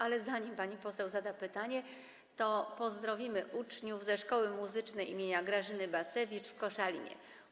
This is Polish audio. Ale zanim pani poseł zada pytanie, to pozdrowimy uczniów ze szkoły muzycznej im. Grażyny Bacewicz w Koszalinie.